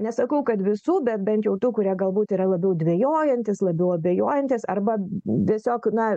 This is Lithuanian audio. aš nesakau kad visų bet bent jau tų kurie galbūt yra labiau dvejojantys labiau abejojantys arba tiesiog na